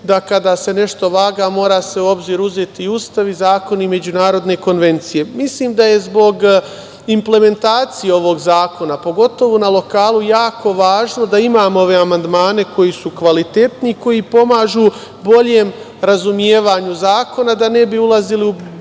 da kada se nešto vaga mora se u obzir uzeti Ustav i zakon i međunarodne konvencije. Mislim da je zbog implementacije ovog zakona, pogotovo na lokalu, jako važno da imamo ove amandmane koji su kvalitetni, koji pomažu boljem razumevanju zakona, da ne bi ulazili u